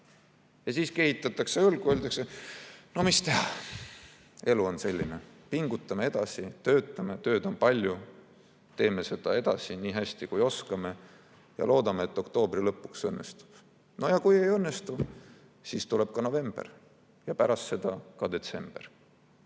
Ja siis kehitatakse õlgu, öeldakse: no mis teha? Elu on selline, pingutame edasi, töötame, tööd on palju, teeme seda edasi nii hästi, kui oskame ja loodame, et oktoobri lõpuks õnnestub. Ja kui ei õnnestu, siis tuleb ka november ja pärast seda ka detsember.